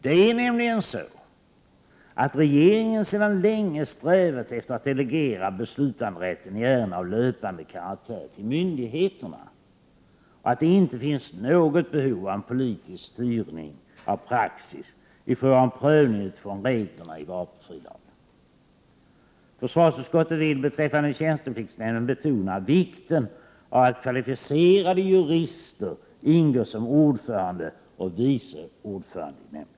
Det är nämligen så, att regeringen sedan länge strävar efter att delegera beslutanderätten i ärenden av löpande karaktär till myndigheterna och att det inte finns något behov av en politisk styrning av praxis i fråga om prövning utifrån reglerna i vapenfrilagen. Försvarsutskottet vill beträffande tjänstepliktsnämnden betona vikten av att kvalificerade jurister ingår som ordförande och vice ordförande i nämnden.